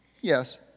yes